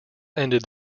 ended